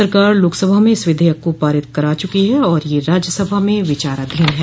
सरकार लोकसभा में इस विधेयक को पारित कर चुकी है और ये राज्यसभा में विचाराधीन है